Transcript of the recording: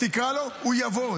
תקרא לו, הוא יבוא.